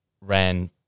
ran